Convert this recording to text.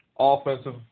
Offensive